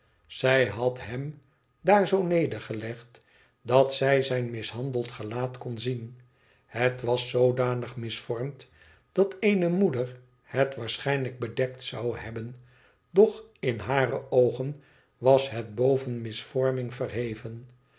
zij had hem daar zoo nedergelegd dat zij zijn mishandeld gelaat kon zien het was zoodanig misvormd dat eene moeder het waarschijnlijk bedekt zou hebben doch in hare oogen was het boven misvorming verheven